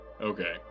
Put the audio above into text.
Okay